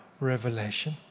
revelation